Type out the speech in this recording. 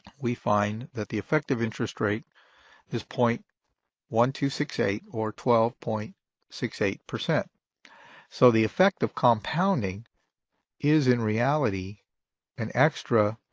we find that the effective interest rate is point one two six eight, or twelve point six eight. so the effect of compounding is in reality an extra